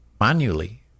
manually